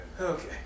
Okay